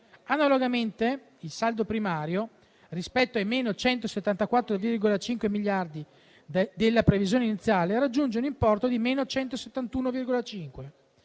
analogamente, il saldo primario, rispetto ai -174,5 miliardi della previsione iniziale raggiunge l'importo di -171,5